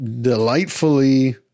delightfully